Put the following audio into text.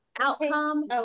outcome